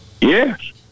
Yes